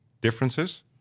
differences